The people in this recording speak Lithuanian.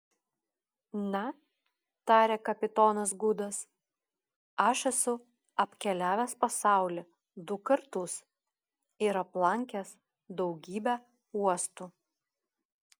na tarė kapitonas gudas aš esu apkeliavęs pasaulį du kartus ir aplankęs daugybę uostų